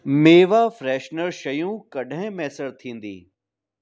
मेवा फ्रेशनर शयूं कॾहिं मुयसरु थींदी